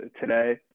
today